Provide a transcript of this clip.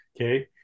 okay